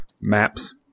Maps